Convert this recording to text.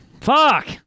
Fuck